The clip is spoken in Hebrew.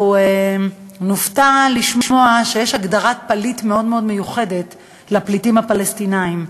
אנחנו נופתע לשמוע שיש הגדרת פליט מאוד מאוד מיוחדת לפליטים הפלסטינים.